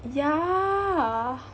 yeah